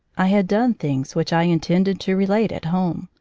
i had done things which i intended to relate at home.